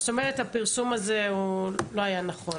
זאת אומרת שהפרסום הזה לא היה נכון.